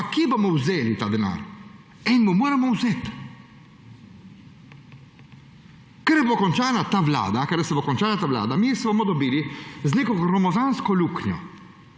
ampak kje pa bomo vzeli ta denar? Enemu moramo vzeti. Ko se bo končala ta vlada, mi se bomo dobili z neko gromozansko luknjo,